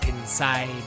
inside